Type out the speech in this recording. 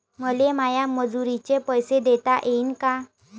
मले माया मजुराचे पैसे देता येईन का?